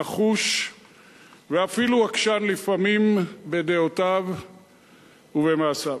נחוש ואפילו עקשן לפעמים בדעותיו ובמעשיו,